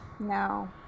No